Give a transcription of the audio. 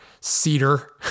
cedar